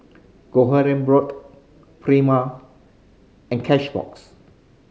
Kronenbourg Prima and Cashbox